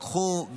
לקחו,